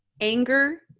anger